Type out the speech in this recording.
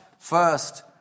First